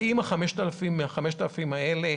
האם מ-5,000 החיסונים האלה